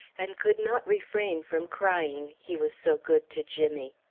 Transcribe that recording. and could not refrain from crying, he was so good to jimmy.